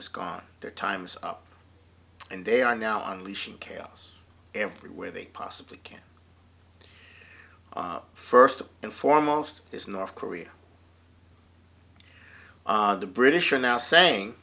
is gone their time is up and they are now unleashing chaos everywhere they possibly can first and foremost is north korea the british are now saying